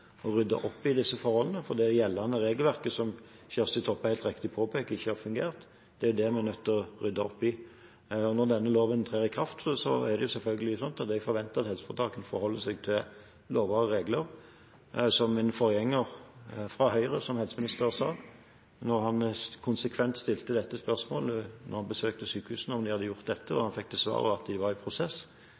opp i disse forholdene, for det gjeldende regelverket, som, som Kjersti Toppe helt riktig påpeker, ikke har fungert, er vi er nødt til å rydde opp i. Når denne loven trer i kraft, forventer jeg selvfølgelig at helseforetakene forholder seg til lover og regler. Som min forgjenger som helseminister fra Høyre sa når han besøkte sykehusene og konsekvent stilte spørsmålet om de hadde gjort dette, og fikk til svar at de var i prosess: